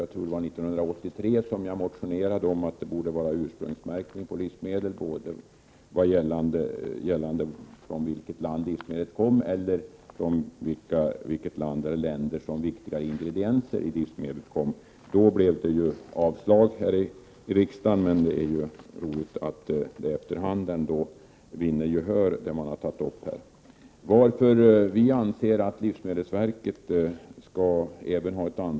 Jag tror att det var 1983 som jag motionerade om att det borde anges på livsmedel både från vilket land livsmedlet kom och från vilka länder som viktiga ingredienser hade hämtats. Då blev det avslag här i riksdagen, men det är ju roligt att det man tagit upp ändå vinner gehör efter hand.